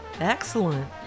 Excellent